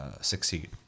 succeed